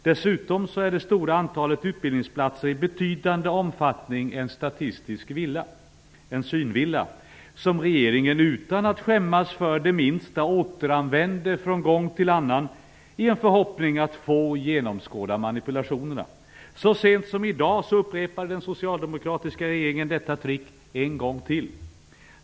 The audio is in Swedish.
Dessutom är det stora antalet utbildningsplatser i betydande omfattning en statistisk synvilla, som regeringen utan att skämmas det minsta återanvänder från gång till annan, i en förhoppning om att få genomskådar manipulationerna. Så sent som i dag upprepade den socialdemokratiska regeringen detta trick en gång till.